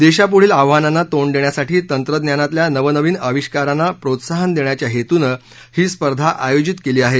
देशापुढील आव्हानांना तोंड देण्यासाठी तंत्रज्ञानातल्या नवनवीन अविष्कारांना प्रोत्साहन देण्याच्या हेतूनं ही स्पर्धा आयोजित करण्यात आली आहे